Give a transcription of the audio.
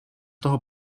toho